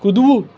કૂદવું